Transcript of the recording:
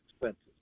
expenses